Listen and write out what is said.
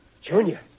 Junior